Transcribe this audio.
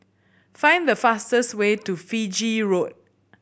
find the fastest way to Fiji Road